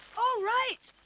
all right.